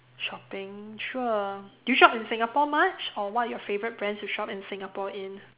shopping sure do you shop in Singapore much or what are your favourite brands to shop in Singapore in